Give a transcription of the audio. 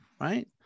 Right